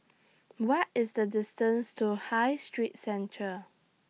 What IS The distance to High Street Centre